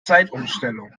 zeitumstellung